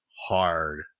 hard